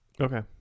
Okay